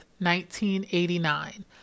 1989